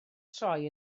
troi